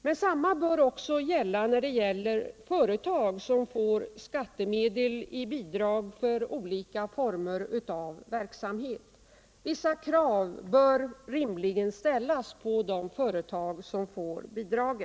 Detsamma bör gälla när det är företag som får skattemedel i bidrag för olika former av verksamhet. Vissa krav bör rimligen ställas på de företag som får bidrag.